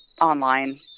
online